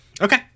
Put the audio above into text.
okay